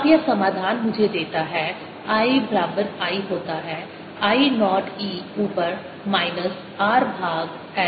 अब यह समाधान मुझे देता है I बराबर होता है I नॉट e ऊपर माइनस r भाग L t